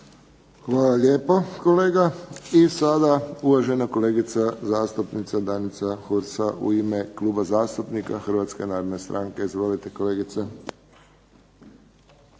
Hvala lijepa. I sada uvažena kolegica zastupnica Danica Hursa u ime Kluba zastupnika Hrvatske narodne stranke. Izvolite kolegice.